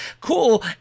cool